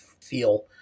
feel